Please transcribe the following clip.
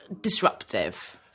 Disruptive